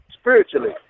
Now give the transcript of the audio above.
spiritually